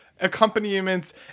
accompaniments